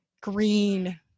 green